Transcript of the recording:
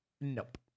nope